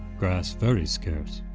grass very scarce.